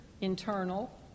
internal